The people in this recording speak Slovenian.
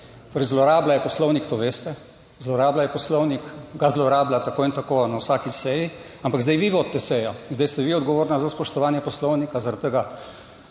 Torej zlorabila je Poslovnik, to veste, zlorabila je Poslovnik, ga zlorablja tako in tako na vsaki seji, ampak zdaj vi vodite sejo in zdaj ste vi odgovorni za spoštovanje Poslovnika, zaradi tega